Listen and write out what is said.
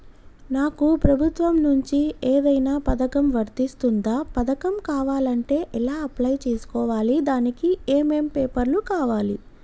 నాకు ప్రభుత్వం నుంచి ఏదైనా పథకం వర్తిస్తుందా? పథకం కావాలంటే ఎలా అప్లై చేసుకోవాలి? దానికి ఏమేం పేపర్లు కావాలి?